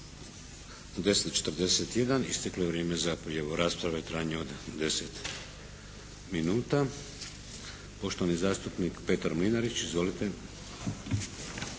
10,41 isteklo je vrijeme za prijavu rasprave u trajanju od 10 minuta. Poštovani zastupnik Petar Mlinarić. Izvolite.